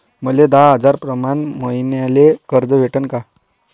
मले दहा हजार प्रमाण मईन्याले कर्ज भेटन का?